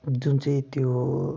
जुन चाहिँ त्यो